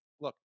Look